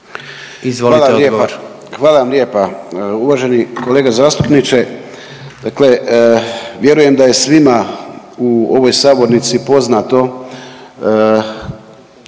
Hvala lijepa, hvala vam lijepa uvaženi kolega zastupniče. Dakle, vjerujem da je svima u ovoj sabornici poznato